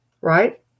right